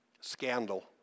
Scandal